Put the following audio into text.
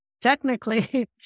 technically